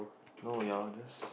no your that's